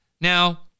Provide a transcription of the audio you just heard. Now